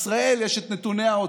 יש את נתוני בנק ישראל,